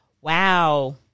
wow